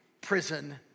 prison